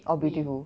oh beautiful